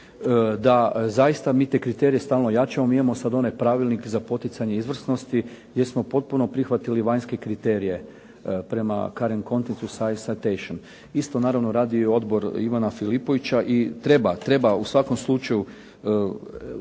da zaista mi te kriterije stalno jačamo. Mi imamo sad onaj pravilnik za poticanje izvrsnosti gdje smo potpuno prihvatili vanjske kriterije. Prema …/Govornik se ne razumije./… Isto naravno radi i Odbor Ivana Filipovića i treba, treba u svakom slučaju ojačavati